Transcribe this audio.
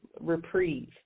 reprieve